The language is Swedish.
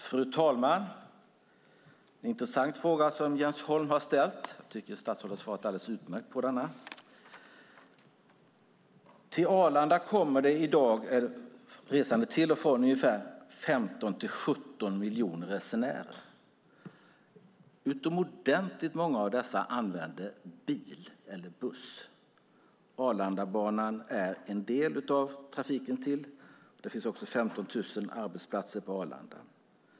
Fru talman! Det är en intressant fråga som Jens Holm har ställt. Statsrådet har svarat alldeles utmärkt på den. Till och från Arlanda reser det årligen 15-17 miljoner resenärer. Utomordentligt många av dem använder bil eller buss. Arlandabanan är en del av trafiken. Tyvärr räcker den inte till. Det finns också 15 000 arbetsplatser på Arlanda.